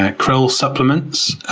ah krill supplements